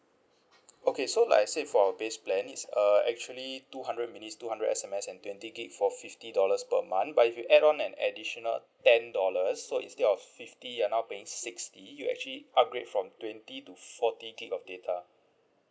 okay so like I say for our base plan is uh actually two hundred minutes two hundred S_M_S and twenty G_B for fifty dollars per month but if you add on an additional ten dollars so instead of fifty you're now paying sixty you actually upgrade from twenty to forty gig of data